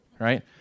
right